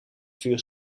vuur